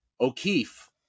O'Keefe